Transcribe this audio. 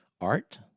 art